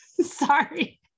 sorry